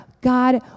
God